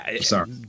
Sorry